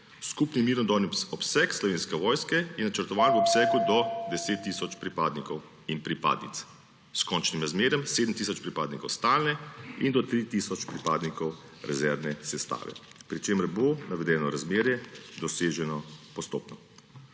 Skupni mirnodobni obseg Slovenske vojske je načrtovan v obsegu do 10 tisoč pripadnikov in pripadnic, s končnim razmerjem 7 tisoč pripadnikov stalne in do 3 tisoč pripadnikov rezervne sestave, pri čemer bo navedeno razmerje doseženo postopno.